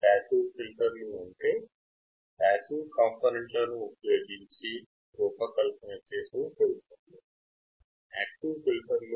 passive ఫిల్టర్లు passive కాంపొనెంట్లను ఉపయోగించి రూపొందించబడిన ఫిల్టర్లు